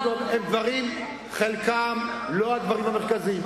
הדברים המרכזיים.